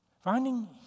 Finding